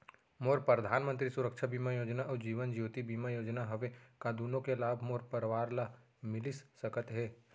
मोर परधानमंतरी सुरक्षा बीमा योजना अऊ जीवन ज्योति बीमा योजना हवे, का दूनो के लाभ मोर परवार ल मिलिस सकत हे?